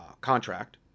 contract